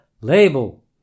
label